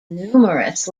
numerous